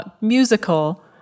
musical